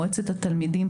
מועצת התלמידים,